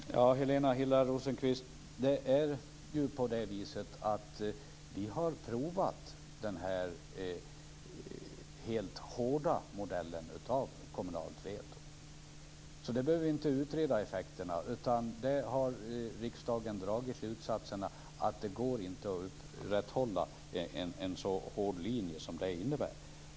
Fru talman! Helena Hillar Rosenqvist! Vi har provat den här hårda modellen av kommunalt veto. Därför behöver vi inte utreda effekterna av det. Riksdagen har dragit slutsatsen att det inte går att upprätthålla en så hård linje som det här innebär.